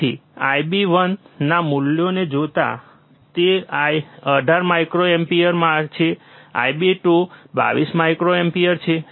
તેથી IB1 ના મૂલ્યોને જોતા જે 18 માઇક્રોએમ્પીયર છે IB2 22 માઇક્રોએમ્પીયર છે